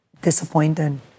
disappointed